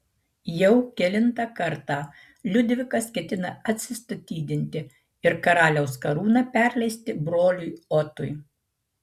jau kelintą kartą liudvikas ketina atsistatydinti ir karaliaus karūną perleisti broliui otui